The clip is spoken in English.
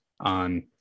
on